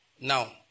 Now